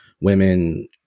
women